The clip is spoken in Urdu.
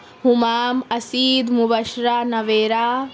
ہمام اسید مبشرہ نویرہ